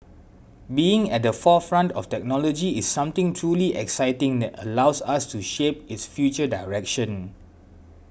being at the forefront of technology is something truly exciting that allows us to shape its future direction